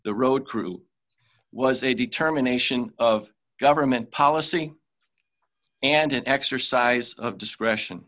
the road crew was a determination of government policy and an exercise of discretion